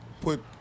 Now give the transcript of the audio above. put